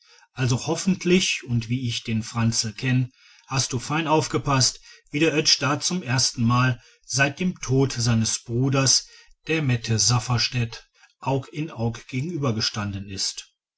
also hoffentlich und wie ich den franzl kenn hast du fein aufgepaßt wie der oetsch da zum erstenmal seit dem tod seines bruders der mette safferstätt aug in aug gegenüber gestanden ist